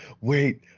wait